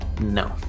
No